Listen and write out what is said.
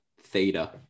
theta